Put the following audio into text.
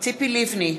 ציפי לבני,